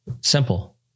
simple